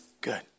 Good